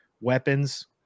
weapons